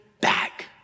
back